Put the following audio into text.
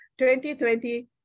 2020